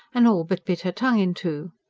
and all but bit her tongue in two.